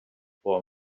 for